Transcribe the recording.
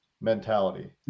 mentality